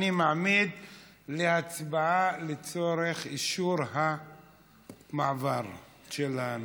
אני מעמיד להצבעה לצורך אישור המעבר של הנושא.